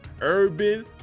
urban